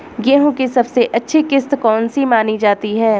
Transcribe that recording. गेहूँ की सबसे अच्छी किश्त कौन सी मानी जाती है?